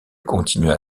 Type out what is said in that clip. continua